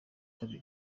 kabiri